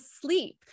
sleep